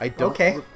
okay